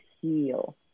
heal